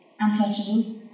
Untouchable